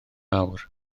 awr